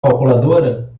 calculadora